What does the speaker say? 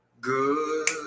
Good